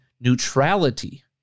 neutrality